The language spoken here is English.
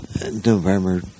November